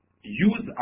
use